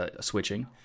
switching